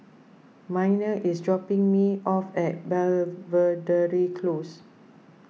Minor is dropping me off at Belvedere Close